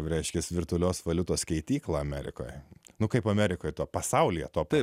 reiškias virtualios valiutos keitykla amerikoj nu kaip amerikoje top pasaulyje top